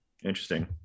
interesting